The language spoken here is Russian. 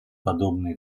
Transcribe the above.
подобные